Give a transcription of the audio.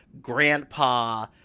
grandpa